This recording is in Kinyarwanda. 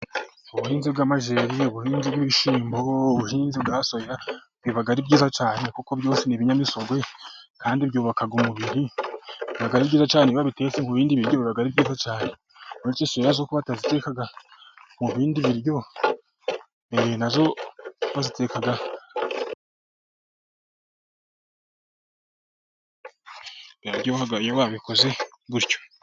Ubuhinzi bw'amajeri, ubuhinzi bw'ibishyimbo, ubuhinzi bwa soya, biba ari byiza cyane kuko byose ni ibinyamisongwe, kandi byubaka umubiri. Biba ari byiza cyane iyo babitetse mu bindi biryo, biba ari byiza cyane. Uretse soya zo ko bataziteka mu bindi biryo na zo baziteka...Biraryoha iyo babikoze gutyo.